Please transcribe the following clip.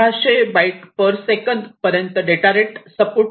1500 byte per second पर्यंत data rate support केला जातो